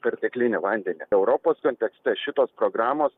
perteklinį vandenį europos kontekste šitos programos